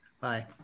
Bye